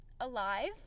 alive